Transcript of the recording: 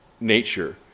nature